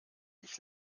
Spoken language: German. ich